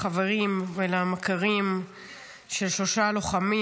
לחברים ולמכרים של שלושה לוחמים,